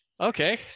okay